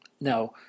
Now